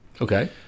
Okay